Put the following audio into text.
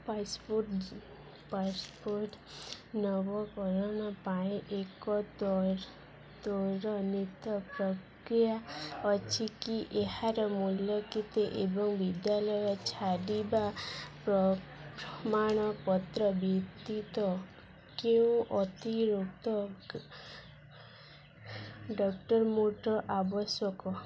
passport passport ନବକରଣ ପାଇଁ ଏକ ତ୍ୱରାନ୍ୱିତ ପ୍ରକ୍ରିୟା ଅଛି କି ଏହାର ମୂଲ୍ୟ କେତେ ଏବଂ ବିଦ୍ୟାଲୟ ଛାଡ଼ିବାର ପ୍ରମାଣପତ୍ର ବ୍ୟତୀତ କେଉଁ ଅତିରିକ୍ତ ଡକ୍ଟର୍ ମୋଟ୍ ଆବଶ୍ୟକ